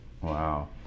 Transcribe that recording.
Wow